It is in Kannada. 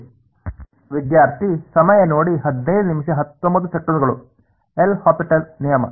ಎಲ್'ಹಾಪಿಟಲ್ L'Hopital's ನಿಯಮ ಸರಿ